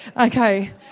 Okay